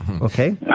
okay